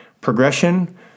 Progression